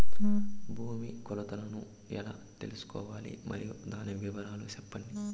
భూమి కొలతలను ఎలా తెల్సుకోవాలి? మరియు దాని వివరాలు సెప్పండి?